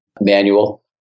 manual